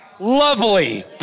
Lovely